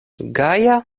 gaja